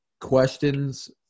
questions